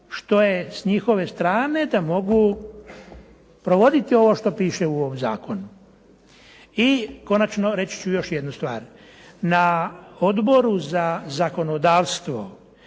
što je s njihove strane da mogu provoditi ovo što piše u ovom zakonu. I konačno, reći ću još jednu stvar. Na Odboru za zakonodavstvo